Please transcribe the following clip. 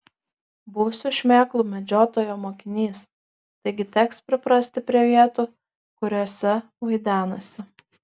būsiu šmėklų medžiotojo mokinys taigi teks priprasti prie vietų kuriose vaidenasi